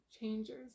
changers